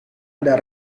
ada